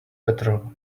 petrol